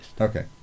Okay